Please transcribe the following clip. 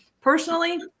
Personally